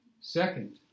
Second